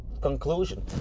conclusion